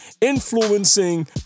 influencing